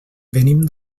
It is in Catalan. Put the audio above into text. venim